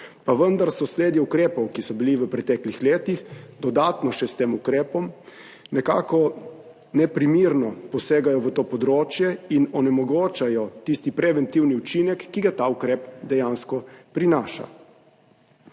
vendar sosledje ukrepov, ki so bili v preteklih letih, dodatno še s tem ukrepom nekako neprimerno posegajo v to področje in onemogočajo tisti preventivni učinek, ki ga ta ukrep dejansko prinaša.